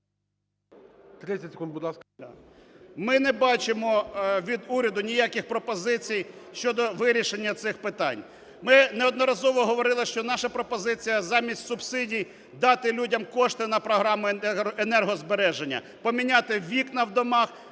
…ми не бачимо від уряду ніяких пропозицій щодо вирішення цих питань. Ми неодноразово говорили, що наша пропозиція - замість субсидій дати людям кошти на програми енергозбереження, поміняти вікна в домах,